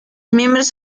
miembros